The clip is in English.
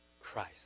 Christ